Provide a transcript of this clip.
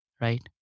right